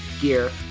gear